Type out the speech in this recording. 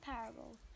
parable